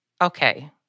Okay